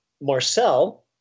Marcel